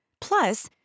Plus